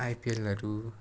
आइपिएलहरू